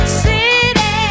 city